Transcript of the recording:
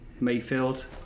Mayfield